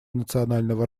национального